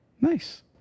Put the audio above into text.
Nice